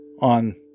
on